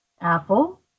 apple